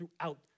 throughout